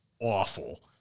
Awful